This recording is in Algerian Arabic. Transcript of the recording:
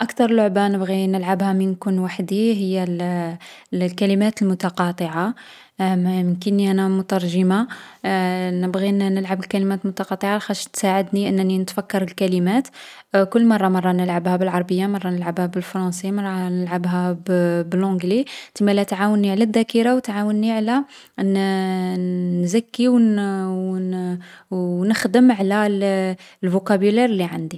أكتر لعبة نبغي نلعبها من نكون وحدي هي الكلمات المتقاطعة. نبغي نلعب الكلمات المتقاطعة لاخاطش تساعدني أنني نتفكر الكلمات. كل مرة نلعبها مرة بالعربية، مرة بالفرونسي، مرة نلعبها بلونجلي. تسمالا تعاوني على الذاكرة و تعاوني على أنني نتعلم كلمات جدد و معلومات جديدة.